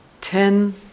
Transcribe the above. ten